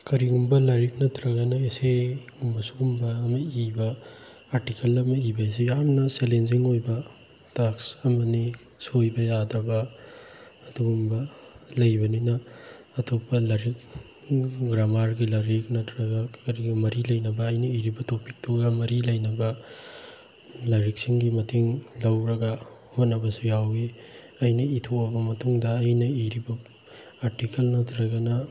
ꯀꯔꯤꯒꯨꯝꯕ ꯂꯥꯏꯔꯤꯛ ꯅꯠꯇ꯭ꯔꯒꯅ ꯑꯦꯁꯦꯒꯨꯝꯕ ꯁꯤꯒꯨꯝꯕ ꯑꯃ ꯏꯕ ꯑꯥꯔꯇꯤꯀꯜ ꯑꯃ ꯏꯕ ꯍꯥꯏꯁꯦ ꯌꯥꯝꯅ ꯆꯦꯂꯦꯟꯖꯤꯡ ꯑꯣꯏꯕ ꯇꯥꯛꯁ ꯑꯃꯅꯤ ꯁꯣꯏꯕ ꯌꯥꯗꯔꯕ ꯑꯗꯨꯒꯨꯝꯕ ꯂꯩꯕꯅꯤꯅ ꯑꯇꯣꯞꯄ ꯂꯥꯏꯔꯤꯛ ꯒ꯭ꯔꯃꯥꯔꯒꯤ ꯂꯥꯏꯔꯤꯛ ꯅꯠꯇ꯭ꯔꯒ ꯀꯔꯤꯒ ꯃꯔꯤ ꯂꯩꯅꯕ ꯑꯩꯅ ꯏꯔꯤꯕ ꯇꯣꯄꯤꯛꯇꯨꯒ ꯃꯔꯤ ꯂꯩꯅꯕ ꯂꯥꯏꯔꯤꯛꯁꯤꯡꯒꯤ ꯃꯇꯦꯡ ꯂꯧꯔꯒ ꯍꯣꯠꯅꯕꯁꯨ ꯌꯥꯎꯏ ꯑꯩꯅ ꯏꯊꯣꯛꯑꯕ ꯃꯇꯨꯡꯗ ꯑꯩꯅ ꯏꯔꯤꯕ ꯑꯥꯔꯇꯤꯀꯜ ꯅꯠꯇ꯭ꯔꯒꯅ